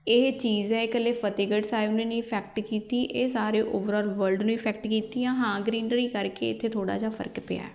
ਇਹ ਚੀਜ਼ ਹੈ ਇਕੱਲੇ ਫਤਿਹਗੜ੍ਹ ਸਾਹਿਬ ਨੂੰ ਨਹੀਂ ਇਫੈਕਟ ਕੀਤੀ ਇਹ ਸਾਰੇ ਓਵਰਆਲ ਵਰਲਡ ਨੂੰ ਇਫੈਕਟ ਕੀਤੀ ਆ ਹਾਂ ਗਰੀਨਰੀ ਕਰਕੇ ਇੱਥੇ ਥੋੜ੍ਹਾ ਜਿਹਾ ਫਰਕ ਪਿਆ